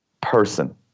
person